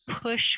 push